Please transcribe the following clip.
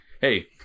hey